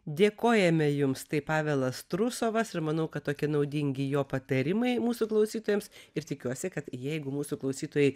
dėkojame jums tai pavelas trusovas ir manau kad tokie naudingi jo patarimai mūsų klausytojams ir tikiuosi kad jeigu mūsų klausytojai